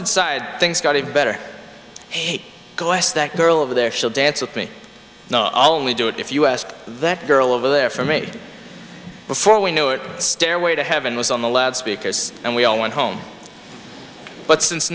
inside things got even better glass that girl of there should dance with me not only do it if you ask that girl over there for me before we knew it stairway to heaven was on the loudspeakers and we all went home but since